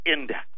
index